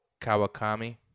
Kawakami